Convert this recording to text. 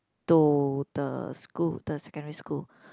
to the school the secondary school